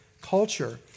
culture